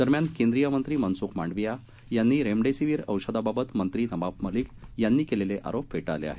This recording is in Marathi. दरम्यान केंद्रीय मंत्री मनसुख मांडविया यांनी रेमडेसिवीर औषधाबाबत मंत्री नवाब मलिक यांनी केलेले आरोप फेटाळले आहेत